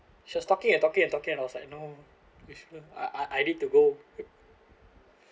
she was talking and talking and talking and I was like no whisper I I need to go